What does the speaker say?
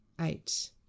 Eight